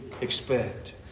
expect